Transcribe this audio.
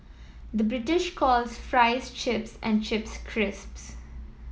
the British calls fries chips and chips crisps